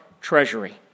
treasury